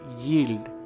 yield